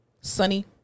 sunny